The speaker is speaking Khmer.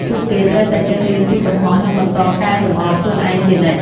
ពួកគេត្រូវតែចេះរៀនពីកំហុស និងបន្តកែលម្អខ្លួនឯងជានិច្ច។